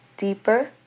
Deeper